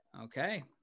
Okay